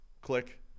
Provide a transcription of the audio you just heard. Click